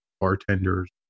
bartenders